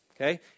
Okay